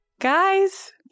Guys